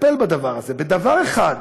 נטפל בדבר הזה, בדבר אחד